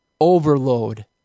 overload